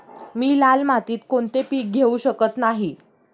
मी लाल मातीत कोणते पीक घेवू शकत नाही?